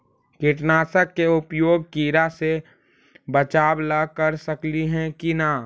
कीटनाशक के उपयोग किड़ा से बचाव ल कर सकली हे की न?